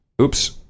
oops